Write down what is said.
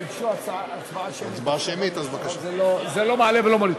זה לא מעלה ולא מוריד.